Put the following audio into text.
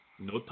No